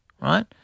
right